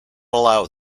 allow